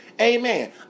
Amen